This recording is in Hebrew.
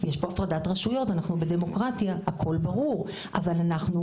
יש פה הפרדת רשויות, אנחנו בדמוקרטיה.